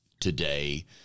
today